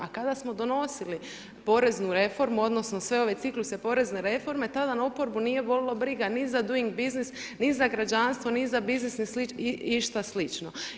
A kada smo donosili poreznu reformu odnosno sve ove cikluse porezne reforme, tada oporbu nije bolilo briga niti za doing business, ni za građanstvo, ni za biznis, ni za išta slično.